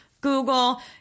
Google